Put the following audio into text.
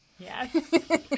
yes